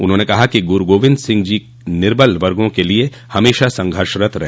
उन्होंने कहा कि गुरू गोविंद सिंह जी निर्बल वर्गो के लिए हमेशा संघर्षरत रहे